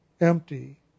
empty